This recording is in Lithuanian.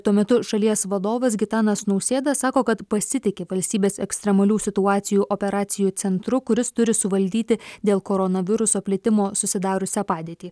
tuo metu šalies vadovas gitanas nausėda sako kad pasitiki valstybės ekstremalių situacijų operacijų centru kuris turi suvaldyti dėl koronaviruso plitimo susidariusią padėtį